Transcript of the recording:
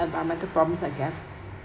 environment problems I gave